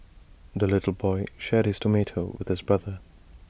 the little boy shared his tomato with his brother